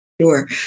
Sure